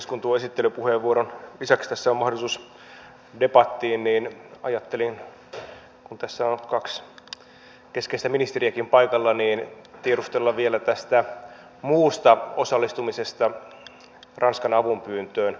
kun tuon esittelypuheenvuoron lisäksi tässä on mahdollisuus debattiin niin ajattelin kun tässä on kaksi keskeistä ministeriäkin paikalla tiedustella vielä tästä muusta osallistumisesta ranskan avunpyyntöön